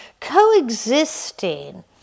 coexisting